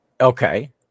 Okay